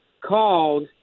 called